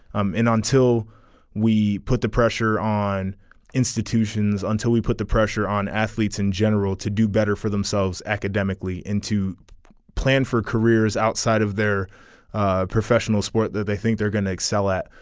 um until we put the pressure on institutions until we put the pressure on athletes in general to do better for themselves academically into plan for careers outside of their ah professional sport that they think they're going to excel at.